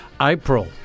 April